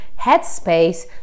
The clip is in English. headspace